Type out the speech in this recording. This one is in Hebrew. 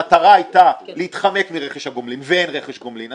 המטרה הייתה להתחמק מרכש הגומלין ואין רכש גומלין,